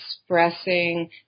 expressing